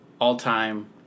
all-time